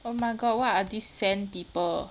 oh my god what are these sand people